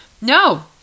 No